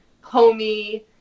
homey